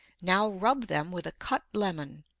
now rub them with a cut lemon.